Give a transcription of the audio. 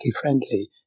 friendly